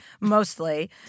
mostly